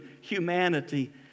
humanity